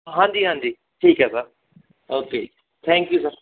ਹਾਂਜੀ ਹਾਂਜੀ ਠੀਕ ਹੈ ਸਰ ਓਕੇ ਜੀ ਥੈਂਕ ਯੂ ਸਰ